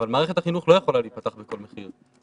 אבל מערכת החינוך לא יכולה להיפתח בכל מחיר.